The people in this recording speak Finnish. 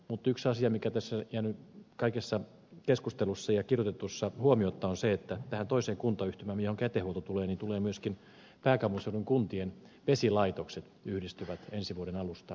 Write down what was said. mutta yksi asia joka tässä on jäänyt kaikessa keskustelussa ja kirjoittelussa huomiotta on se että tähän toiseen kuntayhtymään johonka jätehuolto tulee yhdistyvät myöskin pääkaupunkiseudun kuntien vesilaitokset ensi vuoden alusta